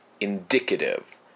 indicative